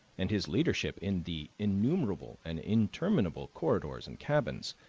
and his leadership in the innumerable and interminable corridors and cabins,